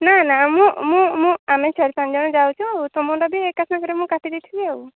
ନା ନା ମୁଁ ମୁଁ ଆମେ ଏକା ସାଙ୍ଗରେ ଯାଉଛୁ ତୁମ ନାଁ ବି ଏକା ସାଙ୍ଗରେ କାଟି ଦେଇଥିବି ଆଉ